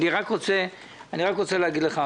אני רק רוצה להגיד לך,